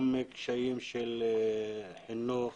גם קשיים של חינוך,